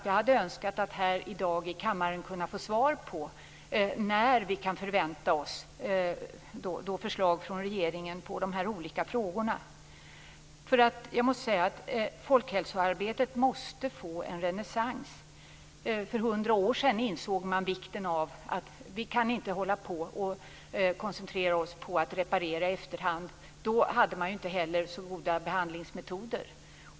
Jag hade önskat att här i kammaren i dag få svar på när vi kan förvänta oss förslag från regeringen i de här olika frågorna. Folkhälsoarbetet måste få en renässans. För 100 år sedan insåg man vikten av att inte koncentrera sig på att reparera i efterhand. Då hade man inte heller så goda behandlingsmetoder.